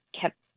kept